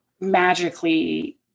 magically